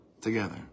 Together